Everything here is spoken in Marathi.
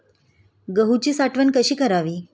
गहूची साठवण कशी करावी?